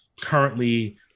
currently